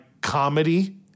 comedy